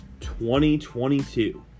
2022